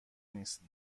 نیست